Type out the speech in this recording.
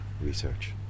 research